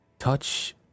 Touch